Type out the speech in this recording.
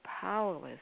Powerless